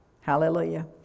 Hallelujah